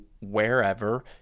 wherever